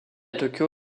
tokyo